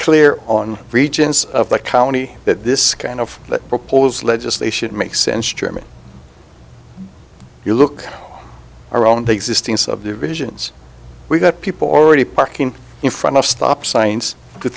clear on regions of the county that this kind of proposed legislation makes sense germany if you look our own the existing subdivisions we've got people already parking in front of stop signs t